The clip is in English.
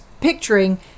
picturing